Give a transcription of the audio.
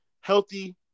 Healthy